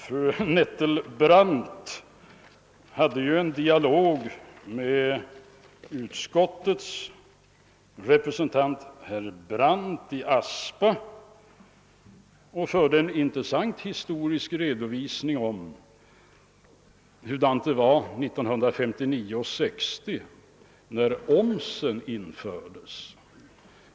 Fru Nettelbrandt hade en intressant dialog med utskottets representant herr Brandt i Aspa och lämnade en intressant historisk redovisning över förhåliandena 1959 och 1960 när omsen infördes.